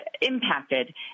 impacted